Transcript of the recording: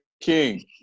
king